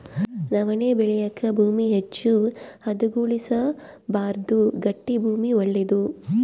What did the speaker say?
ನವಣೆ ಬೆಳೆಯಾಕ ಭೂಮಿ ಹೆಚ್ಚು ಹದಗೊಳಿಸಬಾರ್ದು ಗಟ್ಟಿ ಭೂಮಿ ಒಳ್ಳೇದು